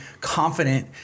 confident